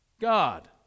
God